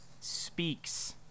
speaks